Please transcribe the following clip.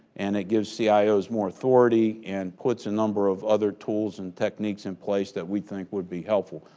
and it gives cios more authority and puts a number of other tools and techniques in place that we think would be helpful.